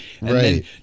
right